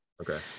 okay